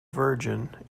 virgin